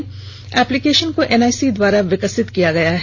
इस एप्लीकेशन को एनआईसी के द्वारा विकसित किया गया है